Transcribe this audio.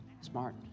Smart